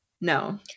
No